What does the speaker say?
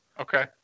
Okay